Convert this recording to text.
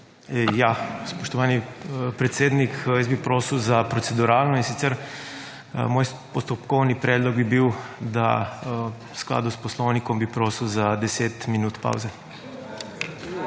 Ja, spoštovani predsednik, jaz bi prosil za proceduralno. In sicer moj postopkovni predlog bi bil, da v skladu s Poslovnikom bi prosil za 10 minut pavze.